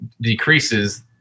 decreases